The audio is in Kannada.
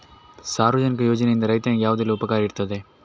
ಸಾರ್ವಜನಿಕ ಯೋಜನೆಯಿಂದ ರೈತನಿಗೆ ಯಾವುದೆಲ್ಲ ಉಪಕಾರ ಇರ್ತದೆ?